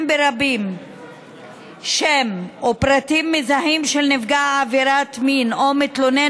ברבים שם או פרטים מזהים של נפגע עבירת מין או מתלונן